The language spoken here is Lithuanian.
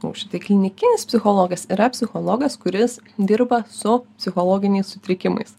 o štai klinikinis psichologas yra psichologas kuris dirba su psichologiniais sutrikimais